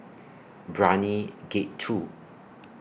Brani Gate two